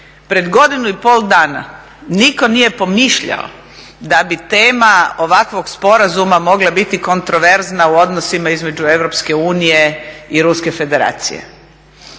pred godinu i pol dana nitko nije pomišljao da bi tema ovakvog sporazuma mogla biti kontroverzna u odnosima između Europske unije i Ruske Federacije.